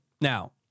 Now